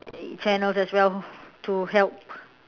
channels as well to help